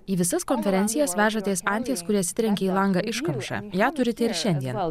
į visas konferencijas vežatės anties kuri atsitrenkė į langą iškamšą ją turite ir šiandien